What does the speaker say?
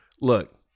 Look